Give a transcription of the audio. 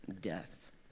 death